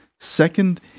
Second